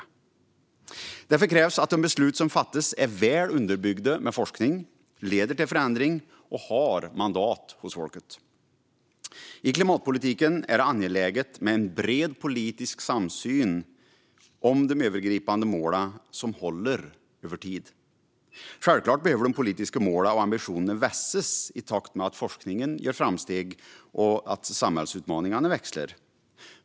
Därför krävs att de beslut som fattas är väl underbyggda av forskning, leder till förändring och har mandat hos folket. I klimatpolitiken är det angeläget med en bred politisk samsyn om de övergripande målen som håller över tid. Självklart behöver de politiska målen och ambitionerna vässas i takt med att forskningen gör framsteg och att samhällsutmaningarna växlar.